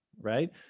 right